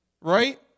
right